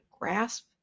grasp